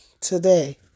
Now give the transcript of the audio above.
today